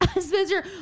Spencer